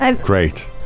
Great